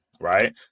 right